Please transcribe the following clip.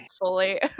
fully